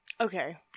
Okay